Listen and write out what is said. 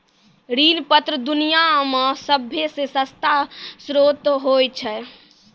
ऋण पत्र दुनिया मे सभ्भे से सस्ता श्रोत होय छै